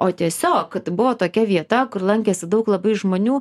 o tiesiog buvo tokia vieta kur lankėsi daug labai žmonių